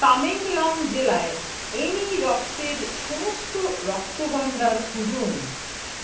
তামেংলং জেলায় এনি রক্তের সমস্ত রক্ত ভাণ্ডার খুঁজুন